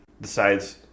decides